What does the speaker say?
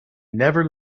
never